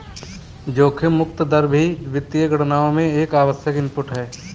जोखिम मुक्त दर भी वित्तीय गणनाओं में एक आवश्यक इनपुट है